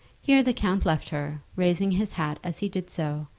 here the count left her, raising his hat as he did so,